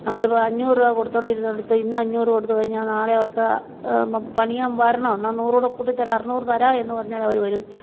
നമ്മളിപ്പം അഞ്ഞൂറ് രൂപ കൊടുത്തോണ്ടിരുന്നെടത്ത് ഇന്ന് അഞ്ഞൂറ് കൊടുത്ത് കഴിഞ്ഞാൽ നാളെ അവർക്ക് പണിയാൻ വരണോ എന്നാ നൂറ് കൂടി കൂട്ടി തരാം അറുന്നൂറ് തരാം എന്ന് പറഞ്ഞാലവർ വരും